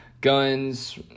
guns